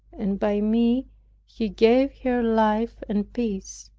and by me he gave her life and peace.